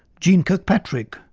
jeane kirkpatrick,